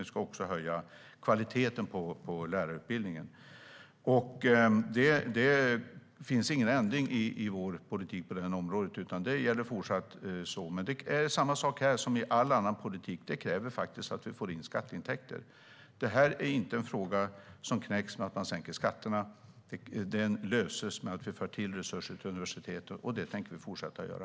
Vi ska också höja kvaliteten på lärarutbildningen. Det finns ingen ändring i vår politik på det området. Det gäller fortfarande. Men det är samma sak här som i all annan politik. Det krävs att vi får in skatteintäkter. Det här är inte en fråga som knäcks genom att man sänker skatterna. Den löses genom att vi för till resurser till universiteten. Och det tänker vi fortsätta göra.